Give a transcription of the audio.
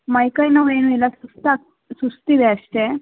ಮೈಕೈ ನೋವು ಏನು ಇಲ್ಲ ಸುಸ್ತಾಗಿ ಸುಸ್ತಿದೆ ಅಷ್ಟೇ